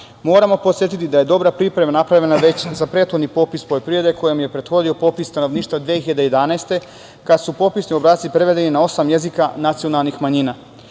plana. Moramo podsetiti da je dobra priprema napravljena već za prethodni popis poljoprivrede, kojem je prethodio popis stanovništva 2011. godine, kad su popisni podaci prevedeni na osam jezika nacionalnih manjina. Važno